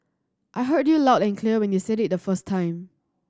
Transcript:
I heard you loud and clear when you said it the first time